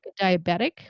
diabetic